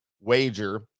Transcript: wager